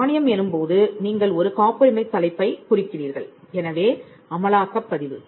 மானியம் எனும்போது நீங்கள் ஒரு காப்புரிமைத்தலைப்பைக் குறிக்கிறீர்கள் எனவே அமலாக்கப் பதிவு